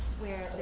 where